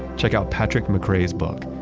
check out patrick mccray's book,